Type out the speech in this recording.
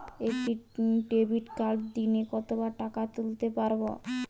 একটি ডেবিটকার্ড দিনে কতবার টাকা তুলতে পারব?